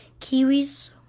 kiwis